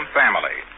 family